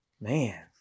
Man